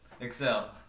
Excel